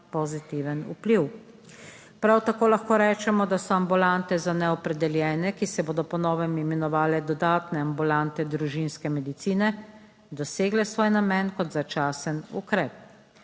pozitiven vpliv. Prav tako lahko rečemo, da so ambulante za neopredeljene, ki se bodo po novem imenovale Dodatne ambulante družinske medicine dosegle svoj namen. Kot začasen ukrep.